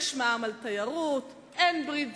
יש מע"מ על תיירות, אין ברית זוגיות,